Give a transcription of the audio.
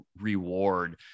reward